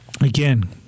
again